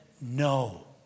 no